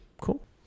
cool